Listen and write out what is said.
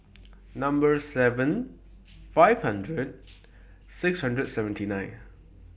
Number seven five hundred six hundred seventy nine